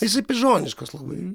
jisai pižoniškas labai